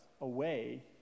away